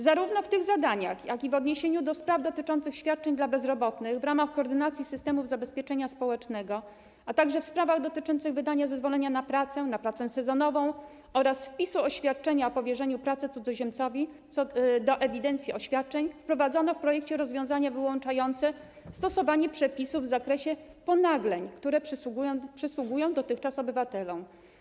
Zarówno w tych zadaniach, jak i w odniesieniu do spraw dotyczących świadczeń dla bezrobotnych w ramach koordynacji systemów zabezpieczenia społecznego, a także w sprawach dotyczących wydania zezwolenia na pracę, na pracę sezonową oraz wpisu oświadczenia o powierzeniu pracy cudzoziemcowi do ewidencji oświadczeń, wprowadzono w projekcie rozwiązanie wyłączające stosowanie przepisów w zakresie ponagleń, które dotychczas przysługiwały obywatelom.